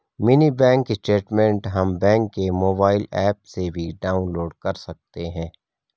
mini bank statement हम bank के mobile app से भी डाउनलोड कर सकते है